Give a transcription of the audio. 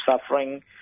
suffering